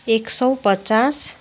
एक सौ पचास